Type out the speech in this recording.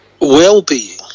well-being